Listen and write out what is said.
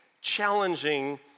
challenging